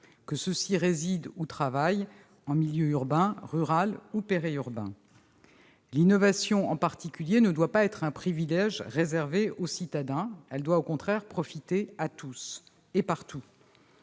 qu'ils résident ou travaillent en milieux urbains, ruraux ou périurbains. L'innovation en particulier ne doit pas être un privilège réservé aux citadins ; elle doit au contraire profiter à tous et partout.